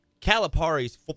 Calipari's